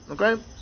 Okay